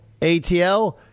ATL